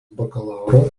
bakalauro